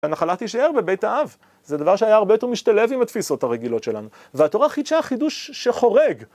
הנחלה תישאר בבית האב, זה דבר שהיה הרבה יותר משתלב עם התפיסות הרגילות שלנו, והתורה חידשה חידוש שחורג.